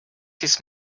his